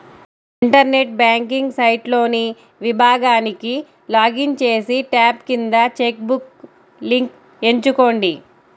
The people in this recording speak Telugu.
ఇంటర్నెట్ బ్యాంకింగ్ సైట్లోని విభాగానికి లాగిన్ చేసి, ట్యాబ్ కింద చెక్ బుక్ లింక్ ఎంచుకోండి